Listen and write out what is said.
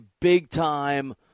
big-time